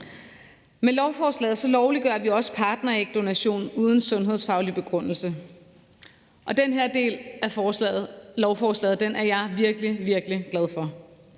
Med lovforslaget lovliggør vi også partnerægdonation uden sundhedsfaglig begrundelse, og den her del af lovforslaget er jeg virkelig, virkelig glad for.